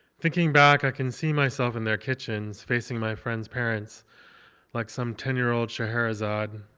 thinking back, i can see myself in their kitchens, facing my friends' parents like some ten year old scheherazade,